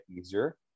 easier